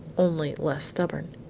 only less stubborn.